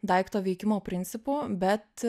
daikto veikimo principu bet